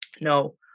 No